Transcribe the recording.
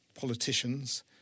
politicians